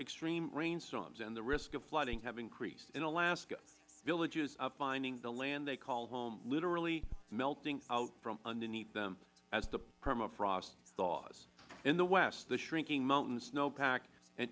extreme rainstorms and the risk of flooding have increased in alaska villages are finding the land they call home literally melting out from underneath them as the permafrost thaws in the west the shrinking mountain snow pack and